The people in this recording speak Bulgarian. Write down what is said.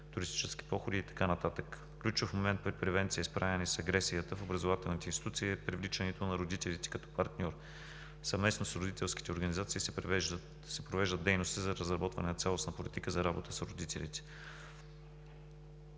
туристически походи и така нататък. Ключов момент в превенцията „Справяне с агресията“ в образователните институции е привличането на родителите като партньори. Съвместно с родителските организации се провеждат дейности за разработване на цялостна политика за работа с родителите.